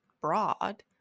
broad